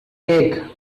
cake